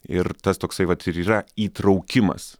ir tas toksai vat ir yra įtraukimas